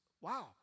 Wow